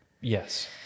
Yes